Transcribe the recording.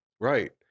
right